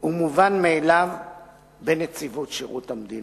ומובן מאליו בנציבות שירות המדינה,